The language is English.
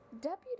Deputy